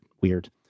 weird